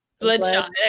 Bloodshot